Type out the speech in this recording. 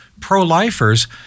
pro-lifers